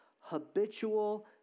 habitual